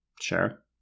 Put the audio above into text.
Sure